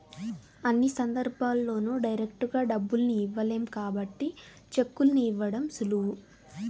అన్ని సందర్భాల్లోనూ డైరెక్టుగా డబ్బుల్ని ఇవ్వలేం కాబట్టి చెక్కుల్ని ఇవ్వడం సులువు